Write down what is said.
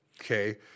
okay